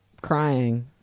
crying